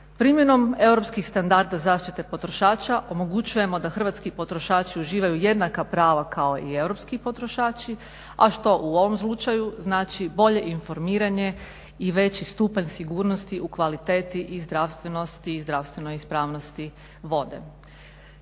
Primjenom europskih standarda zaštite potrošača omogućujemo da hrvatski potrošači uživaju jednaka prava kao i europski potrošači a što u ovom slučaju znači bolje informiranje i veći stupanj sigurnosti u kvaliteti i zdravstvenosti i zdravstvenoj